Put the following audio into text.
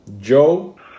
Joe